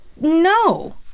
no